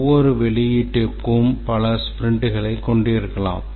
ஒவ்வொரு வெளியீட்டும் பல ஸ்ப்ரிண்ட்களைக் கொண்டிருக்கலாம்